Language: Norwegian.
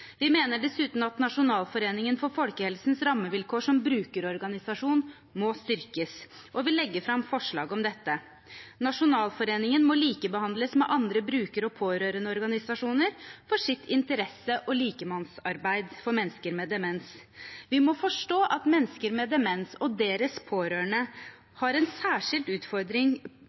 Vi mener dessuten at Nasjonalforeningen for folkehelsens rammevilkår som brukerorganisasjon må styrkes, og vi legger fram forslag om dette. Nasjonalforeningen må likebehandles med andre bruker- og pårørendeorganisasjoner for sitt interesse- og likemannsarbeid for mennesker med demens. Vi må forstå at mennesker med demens og deres pårørende har en særskilt utfordring